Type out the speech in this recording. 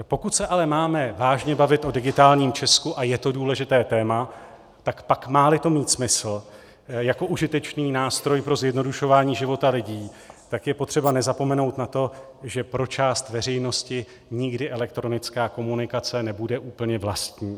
Pokud se ale máme vážně bavit o digitálním Česku, a je to důležité téma, tak pak máli to mít smysl jako užitečný nástroj pro zjednodušování života lidí, tak je potřeba nezapomenout na to, že pro část veřejnosti nikdy elektronická komunikace nebude úplně vlastní.